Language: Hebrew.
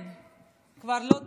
אנושי.